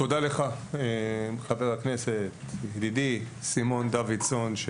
ידידי חבר הכנסת סימון דוידסון,